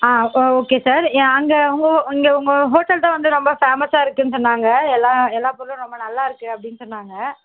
ஆ ஆ okay sir ஆ அங்கே உங்கள் இங்கே உங்கள் ஹோட்டல் தான் வந்து ரொம்ப ஃபேமஸாக இருக்குன்னு சொன்னாங்க எல்லாம் எல்லா பொருளும் ரொம்ப நல்லாயிருக்கு அப்படின்னு சொன்னாங்க